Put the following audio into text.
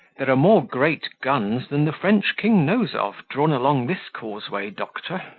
there are more great guns than the french king knows of drawn along this causeway, doctor.